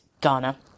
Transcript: ghana